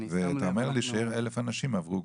ואתה אומר לי ש-1,000 אנשים עברו.